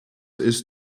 ist